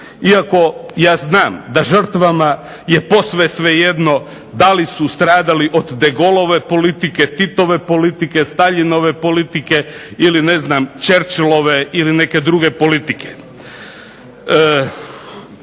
iako ja znam da žrtvama je posve svejedno da li su stradali od DeGaullove politike, Titove politike, Staljinove politike ili Churchillove ili neke druge politike.